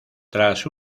tras